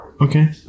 Okay